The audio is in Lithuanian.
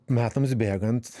metams bėgant